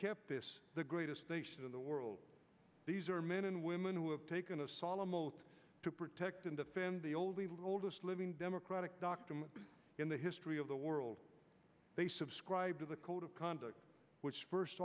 kept this the greatest nation in the world these are men and women who have taken a solemn oath protect and defend the old oldest living democratic dr in the history of the world they subscribe to the code of conduct which first